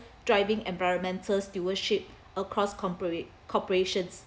driving environmental stewardship across corpora~ corporations